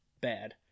bad